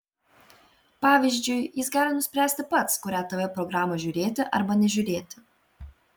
pavyzdžiui jis gali nuspręsti pats kurią tv programą žiūrėti arba nežiūrėti